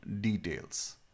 details